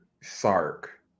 Sark